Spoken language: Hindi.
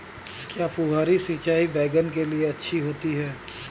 क्या फुहारी सिंचाई बैगन के लिए अच्छी होती है?